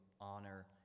honor